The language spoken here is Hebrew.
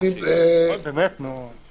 באמת, נו.